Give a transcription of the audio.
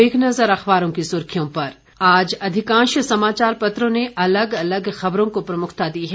अब एक नज़र अखबारों की सुर्खियों पर आज अधिकांश समाचार पत्रों ने अलग अलग खबरों को प्रमुखता दी है